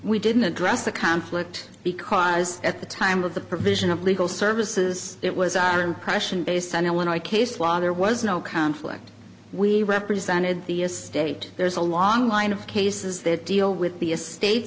we didn't address the conflict because at the time of the provision of legal services it was our impression based on it when i case while there was no conflict we represented the estate there's a long line of cases that deal with the estate